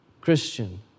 Christian